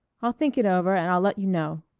i'll think it over and i'll let you know.